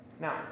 Now